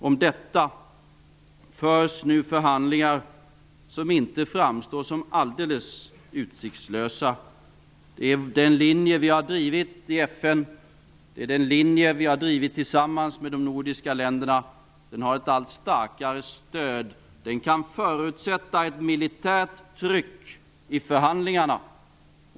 Om detta förs nu förhandlingar som inte framstår som alldeles utsiktslösa. Det är den linje som vi har drivit i FN. Det är den linje som vi har drivit tillsammans med de nordiska länderna. Den får ett allt starkare stöd, och den kan förutsätta ett militärt tryck i förhandlingarna.